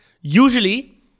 usually